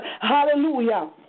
Hallelujah